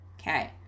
Okay